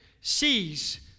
sees